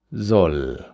soll